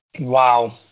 Wow